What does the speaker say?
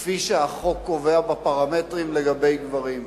כפי שהחוק קובע בפרמטרים לגבי גברים.